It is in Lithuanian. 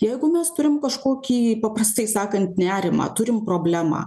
jeigu mes turim kažkokį paprastai sakant nerimą turim problemą